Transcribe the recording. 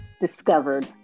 discovered